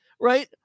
right